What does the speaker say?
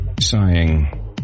Sighing